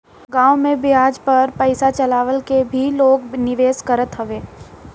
गांव में बियाज पअ पईसा चला के भी लोग निवेश करत बाटे